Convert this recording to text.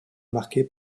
marquée